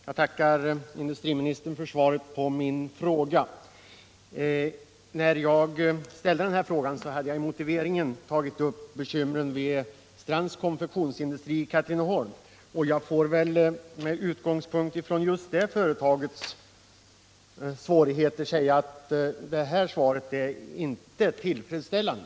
Herr talman! Jag tackar industriministern för svaret på min fråga. När jag ställde frågan tog jag i motiveringen upp bekymren vid Strands konfektionsindustri i Katrineholm, och jag får med utgångspunkt i just det företagets svårigheter säga att svaret inte är tillfredsställande.